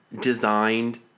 designed